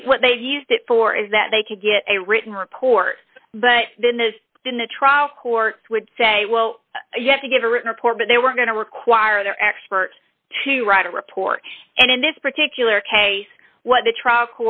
think what they've used it for is that they could get a written report but then those in the trial courts would say well you have to give a written report but they were going to require their expert to write a report and in this particular case what the trial